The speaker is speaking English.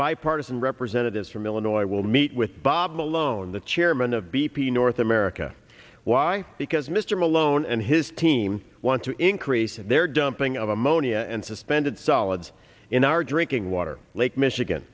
bipartisan representatives from illinois will meet with bob malone the chairman of b p north america why because mr malone and his team want to increase their dumping of ammonia and suspended solids in our drinking water lake michigan